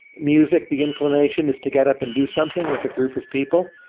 music, the inclination, is to get up and do something with a group of people.